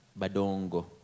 Badongo